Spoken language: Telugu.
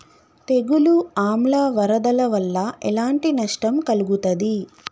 తెగులు ఆమ్ల వరదల వల్ల ఎలాంటి నష్టం కలుగుతది?